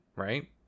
Right